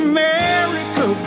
America